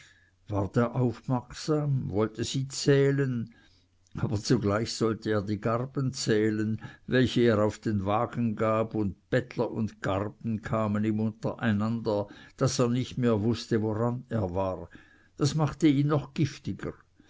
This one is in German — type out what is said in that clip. er aufmerksam wollte sie zählen aber zugleich sollte er die garben zählen welche er auf den wagen gab und bettler und garben kamen ihm untereinander daß er nicht mehr wußte woran er war dies machte ihn noch giftiger